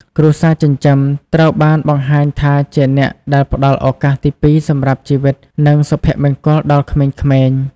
គ្រួសារចិញ្ចឹមត្រូវបានបង្ហាញថាជាអ្នកដែលផ្ដល់ឱកាសទីពីរសម្រាប់ជីវិត និងសុភមង្គលដល់ក្មេងៗ។